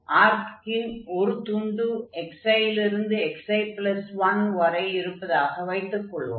ஆர்க்கின் ஒரு துண்டு xi லிருந்து xi1வரை இருப்பதாக வைத்துக் கொள்வோம்